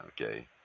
Okay